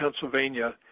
Pennsylvania